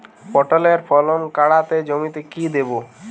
পটলের ফলন কাড়াতে জমিতে কি দেবো?